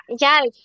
Yes